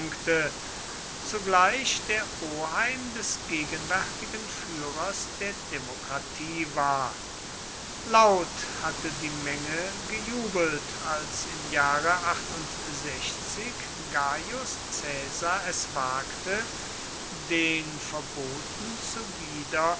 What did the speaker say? zugleich der oheim des gegenwärtigen führers der demokratie war laut hatte die menge gejubelt als im jahre gaius caesar es wagte den verboten zuwider